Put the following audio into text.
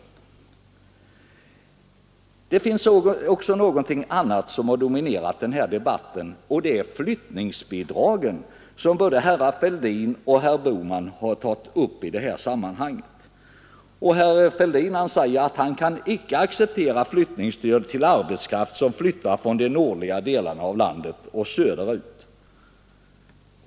Det finns någonting annat som har dominerat denna debatt, nämligen flyttningsbidragen — både herr Fälldin och herr Bohman har tagit upp det. Herr Fälldin säger att han inte kan acceptera flyttningsstöd till arbetskraft som flyttar från de nordligare delarna av landet och söderut.